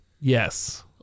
Yes